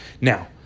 now